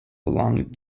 along